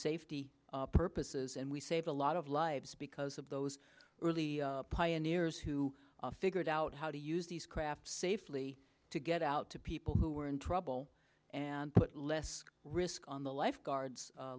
safety purposes and we saved a lot of lives because of those early pioneers who figured out how to use these craft safely to get out to people who were in trouble and put less risk on the lifeguards